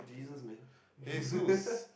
Jesus man